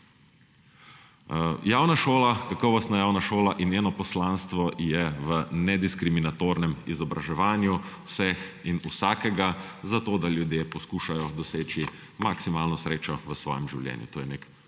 Javna šola, kakovostna javna šola in njeno poslanstvo je v nediskriminatornem izobraževanju vseh in vsakega, zato da ljudje poskušajo doseči maksimalno srečo v svojem življenju.